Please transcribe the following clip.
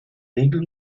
regel